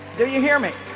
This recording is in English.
do you hear me